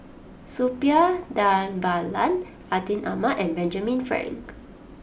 Suppiah Dhanabalan Atin Amat and Benjamin Frank